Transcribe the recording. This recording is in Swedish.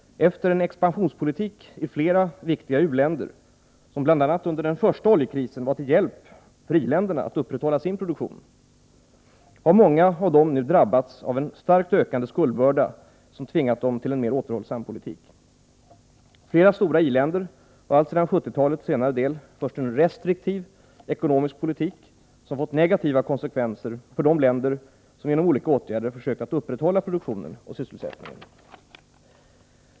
Efter en expansionspolitik i flera viktiga u-länder — som bl.a. under den första oljekrisen var till hjälp för i-länderna att upprätthålla sin produktion — har många av dem nu drabbats av en starkt ökande skuldbörda som tvingat dem till en mer återhållsam politik. Flera stora i-länder har alltsedan 1970-talets senare del fört en restriktiv ekonomisk politik som fått negativa konsekvenser för de länder som genom olika åtgärder försökt att upprätthålla produktionen och sysselsättningen.